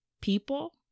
people